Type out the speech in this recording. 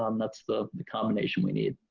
um that's the, the combination we need.